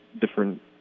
different